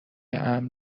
امن